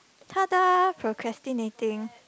procrastinating